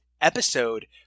episode